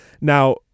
Now